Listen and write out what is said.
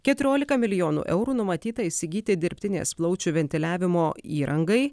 keturiolika milijonų eurų numatyta įsigyti dirbtinės plaučių ventiliavimo įrangai